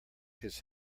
his